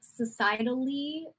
societally